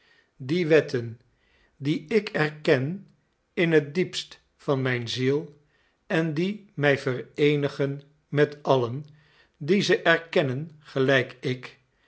die wetten die ik erken in het diepst van mijn ziel en die mij vereenigen met allen die ze erkennen gelijk ik